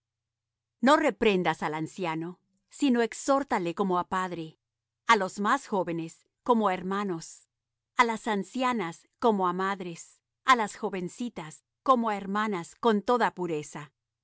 no reprendas al anciano sino exhórtale como á padre á los más jóvenes como á hermanos a las ancianas como á madres á las jovencitas como á hermanas con toda pureza